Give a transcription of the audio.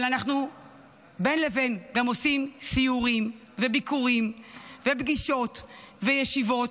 אבל בין לבין אנחנו עושים גם סיורים וביקורים ופגישות וישיבות,